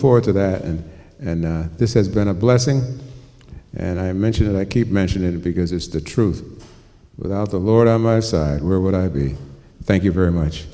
forward to that and and this has been a blessing and i mention that i keep mentioning it because it's the truth without the lord on my side where would i be thank you very much